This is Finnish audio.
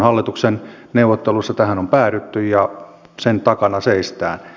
hallituksen neuvotteluissa tähän on päädytty ja sen takana seistään